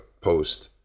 post